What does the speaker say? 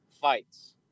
fights